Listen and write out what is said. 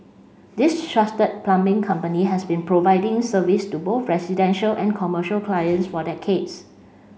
this trusted plumbing company has been providing service to both residential and commercial clients for decades